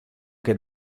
que